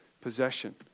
possession